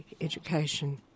education